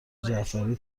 جعفری